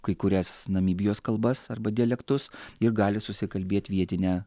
kai kurias namibijos kalbas arba dialektus ir gali susikalbėt vietine